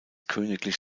königlich